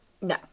No